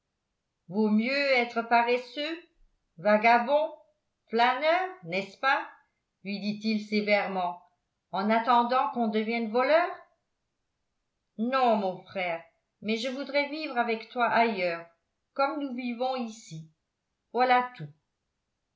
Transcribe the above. vaut mieux être paresseux vagabond flâneur n'est-ce pas lui dit-il sévèrement en attendant qu'on devienne voleur non mon frère mais je voudrais vivre avec toi ailleurs comme nous vivons ici voilà tout